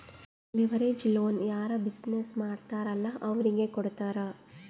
leverage loan ಯಾರ್ business ಮಾಡ್ತಾರ್ ಅಲ್ಲಾ ಅವ್ರಿಗೆ ಕೊಡ್ತಾರ್